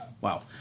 Wow